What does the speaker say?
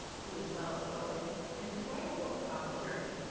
who was well-spoken and could write a book about the journey.